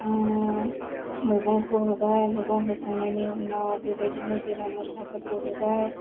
मैगंखौ होबाय मैगं होखांनायनि उनाव बेबायदिनो जिरा मस्लाफोरखौ होबाय आरो